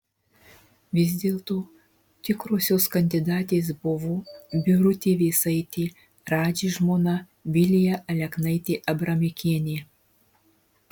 vis dėlto tikrosios kandidatės buvo birutė vėsaitė radži žmona vilija aleknaitė abramikienė